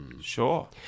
sure